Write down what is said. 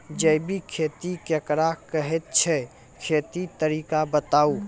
जैबिक खेती केकरा कहैत छै, खेतीक तरीका बताऊ?